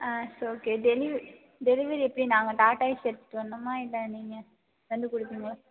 ஆ yes okay டெலிவ delivery எப்படி நாங்கள் டாடா ஏசி எடுத்துட்டுவரனுமா இல்லை நீங்கள் வந்து கொடுப்பீங்களா